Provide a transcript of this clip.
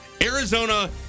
Arizona